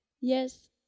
yes